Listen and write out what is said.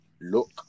look